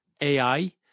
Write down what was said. AI